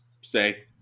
stay